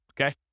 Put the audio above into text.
okay